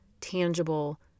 tangible